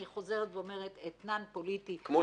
חוזרת ואומרת: אתנן פוליטי --- למי?